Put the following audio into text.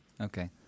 Okay